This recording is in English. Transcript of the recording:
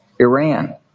Iran